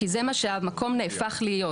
כי זה מה שהמקום נהפך להיות,